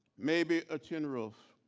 maybe a tin roof.